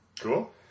Cool